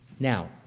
Now